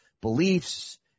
beliefs